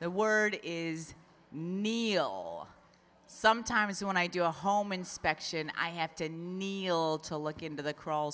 the word is need sometimes when i do a home inspection i have to kneel to look into the crawl